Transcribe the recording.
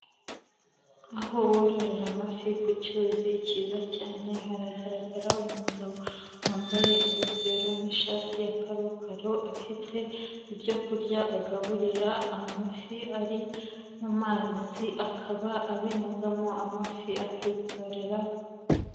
Aho bororera amafi, ku cyuzi kiza cyane. Haragaragara umugabo wambaye ingofero n'ishati ya karokaro. Afite ibyo kurya agaburira amafi ari mu mazi. Akaba abinagamo amafi akitorera.